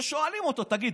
ושואלים אותו: תגיד,